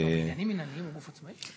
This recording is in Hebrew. אבל בעניינים מינהליים היא גוף עצמאי?